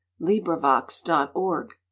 LibriVox.org